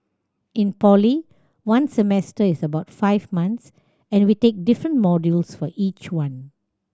in poly one semester is about five months and we take different modules for each one